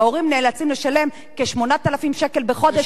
וההורים נאלצים לשלם כ-8,000 שקל בחודש כדי להחזיק אותם.